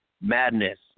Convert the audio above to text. Madness